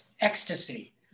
ecstasy